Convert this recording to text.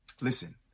listen